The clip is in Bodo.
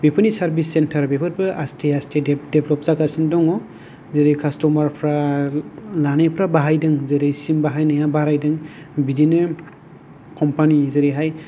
बेफोरनि सार्भिस सेन्टार बेफोरबो लासै लासै डेभेलप्ट जागासिनो दङ जेरै कास्टमार फोरा लानायफोरा बाहायदों जेरै सिम बाहायनाया बारायदों बिदिनो कम्पानि जेरैहाय